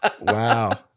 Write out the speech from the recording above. wow